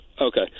Okay